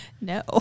No